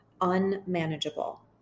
unmanageable